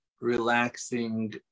relaxing